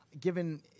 given